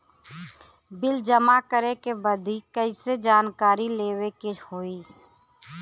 Bill जमा करे बदी कैसे जानकारी लेवे के होई?